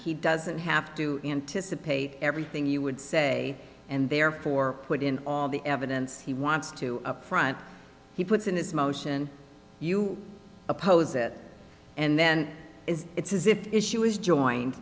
he doesn't have to anticipate everything you would say and therefore put in the evidence he wants to up front he puts in this motion you oppose it and then it's as if the issue is joined